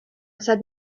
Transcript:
said